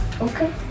Okay